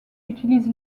utilise